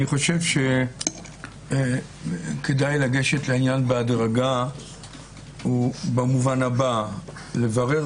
אני חושב שכדאי לגשת לעניין בהדרגה במובן הבא: לברר